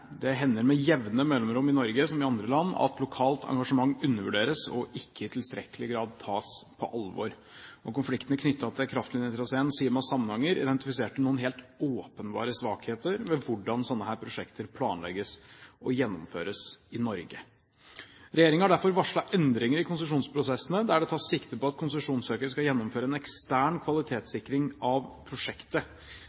Det hender med jevne mellomrom i Norge, som i andre land, at lokalt engasjement undervurderes og ikke i tilstrekkelig grad tas på alvor. Konfliktene knyttet til kraftlinjetraseen Sima–Samnanger identifiserte noen helt åpenbare svakheter ved hvordan sånne prosjekter planlegges og gjennomføres i Norge. Regjeringen har derfor varslet endringer i konsesjonsprosessene der det tas sikte på at konsesjonssøker skal gjennomføre en ekstern